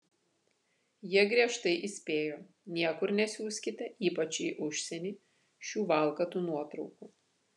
jie griežtai įspėjo niekur nesiųskite ypač į užsienį šių valkatų nuotraukų